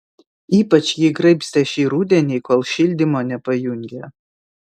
ypač jį graibstė šį rudenį kol šildymo nepajungė